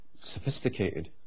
sophisticated